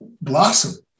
blossom